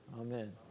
Amen